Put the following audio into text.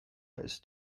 ist